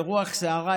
כרוח סערה,